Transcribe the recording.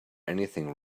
anything